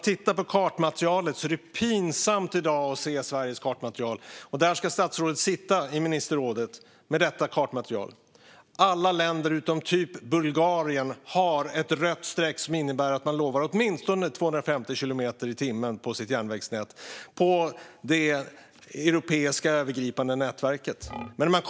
Det är pinsamt att se Sveriges kartmaterial i dag - och detta ska statsrådet sitta med i ministerrådet! Alla länder, utom typ Bulgarien, har ett rött streck som innebär att man lovar åtminstone 250 kilometer i timmen på sin del av det europeiska övergripande järnvägsnätet.